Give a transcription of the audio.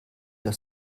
der